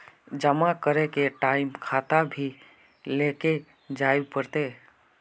जमा करे के टाइम खाता भी लेके जाइल पड़ते?